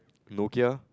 Nokia